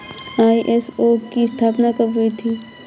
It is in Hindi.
आई.एस.ओ की स्थापना कब हुई थी?